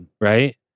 right